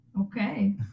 okay